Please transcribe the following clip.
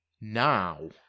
now